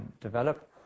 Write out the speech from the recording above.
develop